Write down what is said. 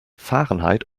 fahrenheit